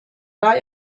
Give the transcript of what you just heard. war